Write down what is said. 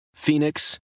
Phoenix